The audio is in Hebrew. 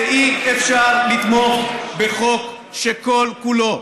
שאי-אפשר לתמוך בחוק שכל-כולו,